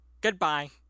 Goodbye